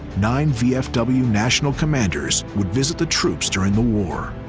nine vfw national commanders would visit the troops during the war.